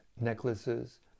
necklaces